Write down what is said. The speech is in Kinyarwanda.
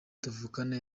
tuvukana